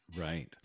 Right